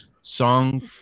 Song